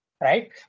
right